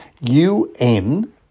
un